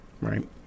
Right